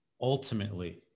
ultimately